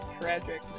tragic